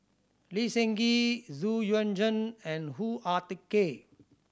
Lee Seng Gee Xu Yuan Zhen and Hoo Ah Kay